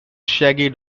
shaggy